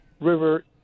River